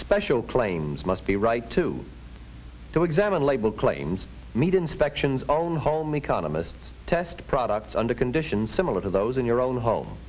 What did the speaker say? special claims must be right to to examine label claims meat inspections own home economists test products under conditions similar to those in your own home